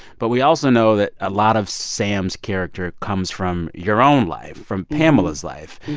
but we also know that a lot of sam's character comes from your own life, from pamela's life.